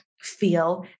feel